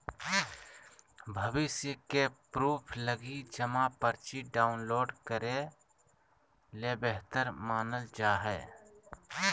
भविष्य के प्रूफ लगी जमा पर्ची डाउनलोड करे ल बेहतर मानल जा हय